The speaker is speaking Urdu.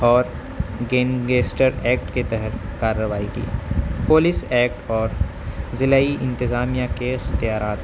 اور گینگیسٹر ایکٹ کے تحت کاروائی کی پولیس ایکٹ اور ضلع انتظامیہ کے اختیارات